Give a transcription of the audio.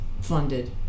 Funded